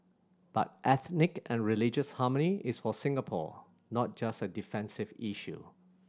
but ethnic and religious harmony is for Singapore not just a defensive issue